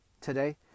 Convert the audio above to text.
today